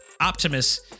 Optimus